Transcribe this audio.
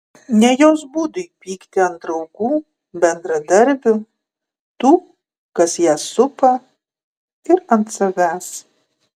ne jos būdui pykti ant draugų bendradarbių tų kas ją supa ir ant savęs